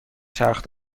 چرخ